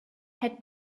had